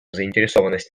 заинтересованность